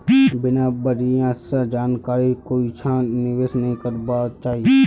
बिना बढ़िया स जानकारीर कोइछा निवेश नइ करबा चाई